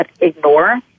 ignore